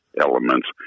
elements